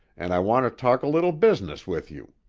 and i want ter talk a little business with you.